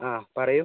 ആ പറയൂ